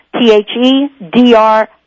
T-H-E-D-R